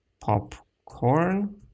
Popcorn